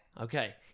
Okay